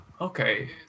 okay